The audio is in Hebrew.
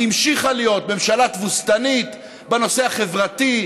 היא המשיכה להיות ממשלה תבוסתנית בנושא החברתי,